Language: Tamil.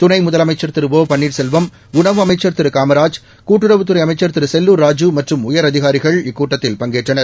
துணை முதலமைச்சா் திரு ஓ பன்னீர்செல்வம் உணவு அமைச்சா் திரு காமராஜ் கூட்டுறவுததுறை அமைச்சா் திரு செல்லுர் ராஜு மற்றும் உயரதிகாரிகள் இக்கூட்டத்தில் பங்கேற்றனர்